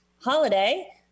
Holiday